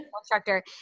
instructor